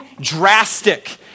drastic